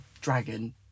Dragon